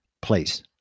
place